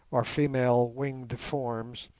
or female winged forms,